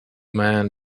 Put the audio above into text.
man